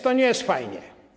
To nie jest fajne.